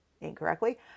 incorrectly